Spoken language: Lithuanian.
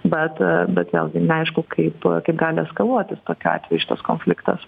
bat bet vėlgi neaišku kaip kaip gali eskaluotis tokiu atveju šitas konfliktas